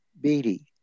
Beatty